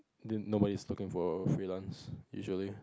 didn't nobodies looking for freelance usually